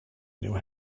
knew